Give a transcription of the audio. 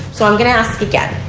so i'm going to ask again.